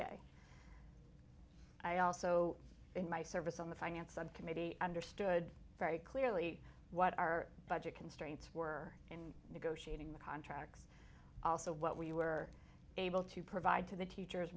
day i also in my service on the finance subcommittee understood very clearly what our budget constraints were in negotiating the contracts also what we were able to provide to the teachers